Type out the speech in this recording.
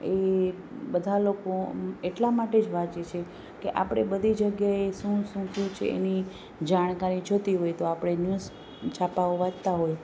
એ બધા લોકો એટલા માટે જ વાંચે છે કે આપણે બધે જગ્યા એ શું શું થયું છે એની જાણકારી જોતી હોય તો આપણે ન્યુઝ છાપાઓ વાંચતા હોય